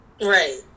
Right